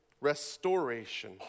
restoration